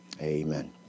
Amen